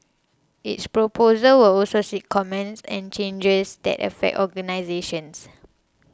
its proposals will also seek comments and changes that affect organisations